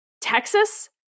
Texas